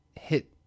hit